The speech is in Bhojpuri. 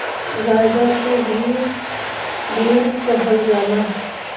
गांजा के भी वीड कहल जाला